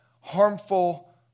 harmful